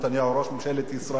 ראש ממשלת ישראל,